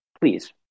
please